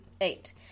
eight